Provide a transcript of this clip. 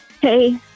Hey